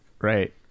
Right